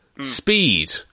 Speed